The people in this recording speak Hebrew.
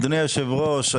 אדוני יושב הראש,